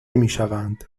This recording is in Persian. میشوند